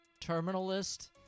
Terminalist